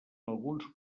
alguns